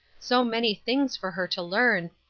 so many things for her to learn,